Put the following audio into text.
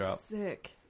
sick